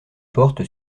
porte